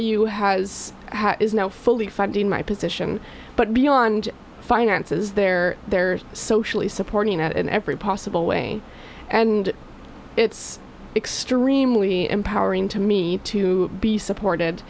you has is now fully funding my position but beyond finances there there's socially supporting it in every possible way and it's extremely empowering to me to be supported